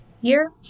year